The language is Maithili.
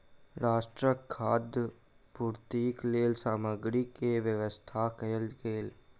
राष्ट्रक खाद्य पूर्तिक लेल सामग्री के व्यवस्था कयल गेल